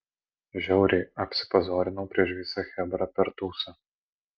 žiauriai apsipazorinau prieš visą chebrą per tūsą